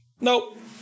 Nope